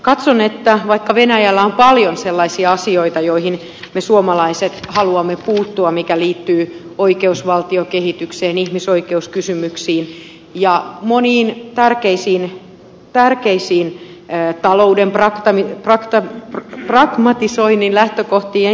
katson että vaikka venäjällä on paljon sellaisia asioita joihin me suomalaiset haluamme puuttua mitä tulee oikeusvaltiokehitykseen ihmisoikeuskysymyksiin ja moniin tärkeisiin talouden pragmatisoinnin lähtökohtiin ja niin edelleen